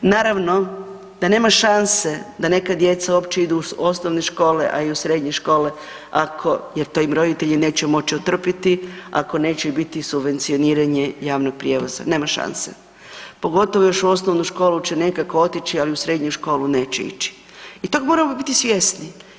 Naravno da nema šanse da neka djeca uopće idu u osnovne škole, a i u srednje škole ako im to roditelji neće moći otrpiti, ako neće biti subvencioniranje javnog prijevoza, nema šanse, pogotovo još u osnovnu školu će još nekako otići, ali u srednju školu neće ići i tog moramo biti svjesni.